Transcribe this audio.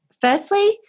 Firstly